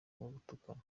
gutukana